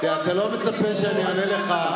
אתה לא מצפה שאני אענה לך.